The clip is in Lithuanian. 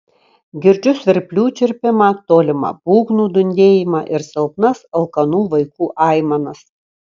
girdžiu svirplių čirpimą tolimą būgnų dundėjimą ir silpnas alkanų vaikų aimanas